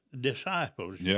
disciples